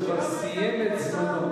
כי הוא כבר סיים את זמנו.